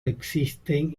existen